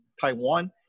Taiwan